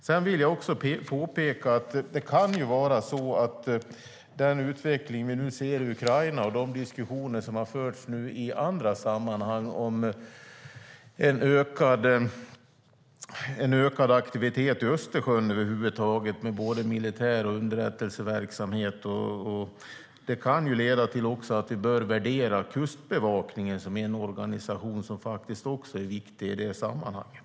Sedan vill jag också påpeka att den utveckling som vi nu ser i Ukraina och de diskussioner som har förts i andra sammanhang om en ökad aktivitet i Östersjön med både militär och underrättelseverksamhet kan leda till att vi bör värdera Kustbevakningen, som är en organisation som också är viktig i det sammanhanget.